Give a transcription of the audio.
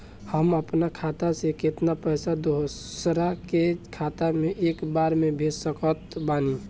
हम अपना खाता से केतना पैसा दोसरा के खाता मे एक बार मे भेज सकत बानी?